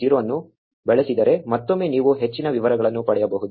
0 ಅನ್ನು ಬಳಸಿದರೆ ಮತ್ತೊಮ್ಮೆ ನೀವು ಹೆಚ್ಚಿನ ವಿವರಗಳನ್ನು ಪಡೆಯಬಹುದು